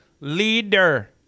leader